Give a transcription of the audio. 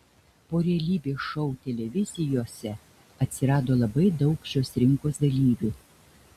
po realybės šou televizijose atsirado labai daug šios rinkos dalyvių